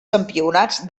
campionats